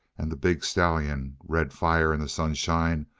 and the big stallion, red fire in the sunshine,